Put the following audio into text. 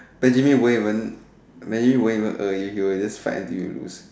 Benjamin will won't maybe will won't a hear he will just fight until youth